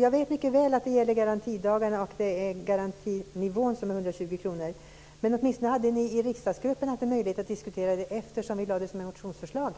Jag vet mycket väl att det gäller ersättningen för garantidagarna. Det är garantinivån som är 120 kr. Men ni i riksdagsgruppen hade i alla fall en möjlighet att diskutera det eftersom vi hade det som ett motionsförslag.